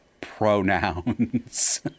pronouns